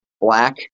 Black